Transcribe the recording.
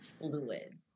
fluid